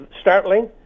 startling